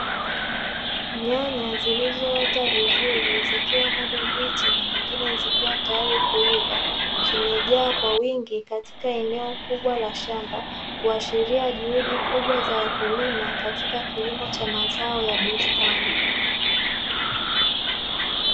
Nyanya zilizoota vizuri zikiwa bado mbichi na nyingine, zikiwa tayari kuiva, zimejaa kwa wingi katika eneo kubwa la shamba, kuashiria juhudi kubwa za wakulima katika kilimo cha mazao ya bustani.